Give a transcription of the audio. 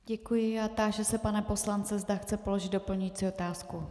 Děkuji a táži se pana poslance, zda chce položit doplňující otázku.